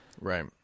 Right